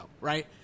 right